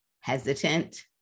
hesitant